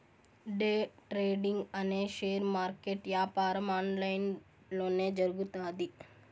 day trading అనే share market యాపారం online లొనే జరుగుతాది